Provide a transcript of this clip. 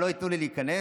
לא ייתנו לי להיכנס?